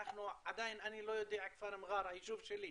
אני לא יודע, כפר מראר, היישוב שלי,